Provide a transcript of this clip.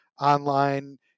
online